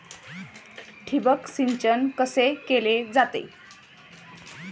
ठिबक सिंचन कसे केले जाते?